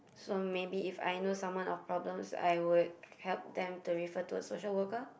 so maybe if I know someone of problems I would help them to refer to a social worker